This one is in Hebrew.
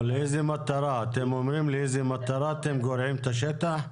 אתם אומרים לאיזו מטרה אתם גורעים את השטח?